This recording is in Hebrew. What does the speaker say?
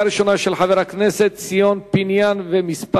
היא תועבר להכנתה לקריאה שנייה ושלישית לוועדת החינוך,